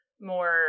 more